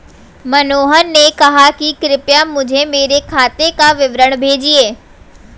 मनोहर ने कहा कि कृपया मुझें मेरे खाते का विवरण भेजिए